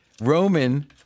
Roman